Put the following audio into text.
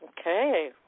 Okay